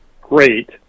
great